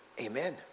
Amen